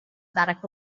barack